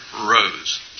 rose